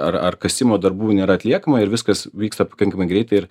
ar ar kasimo darbų nėra atliekama ir viskas vyksta pakankamai greitai ir